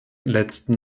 letzten